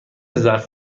ظرف